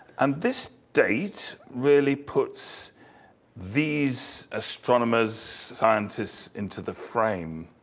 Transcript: and this date really puts these astronomers, scientists into the frame.